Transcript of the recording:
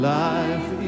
life